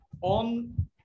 On